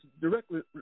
directly